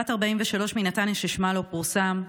בת 43 מנתניה ששמה לא פורסם,